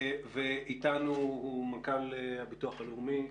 איתנו מנכ"ל הביטוח הלאומי,